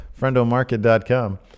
FriendoMarket.com